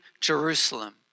Jerusalem